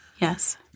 Yes